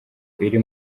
iri